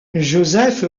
joseph